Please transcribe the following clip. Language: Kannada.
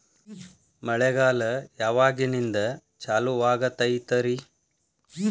ಮಳೆಗಾಲ ಯಾವಾಗಿನಿಂದ ಚಾಲುವಾಗತೈತರಿ?